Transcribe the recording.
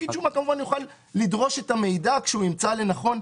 פקיד השומה כמובן יוכל לדרוש את המידע כשהוא ימצא לנכון.